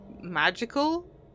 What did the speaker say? magical